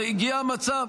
הגיע מצב,